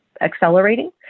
accelerating